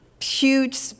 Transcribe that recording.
huge